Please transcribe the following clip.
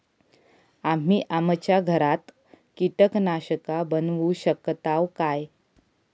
आम्ही आमच्या घरात कीटकनाशका बनवू शकताव काय?